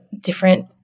different